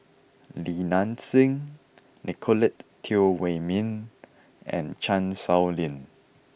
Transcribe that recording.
Li Nanxing Nicolette Teo Wei min and Chan Sow Lin